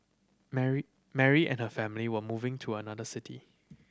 Mary Mary and her family were moving to another city